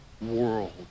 world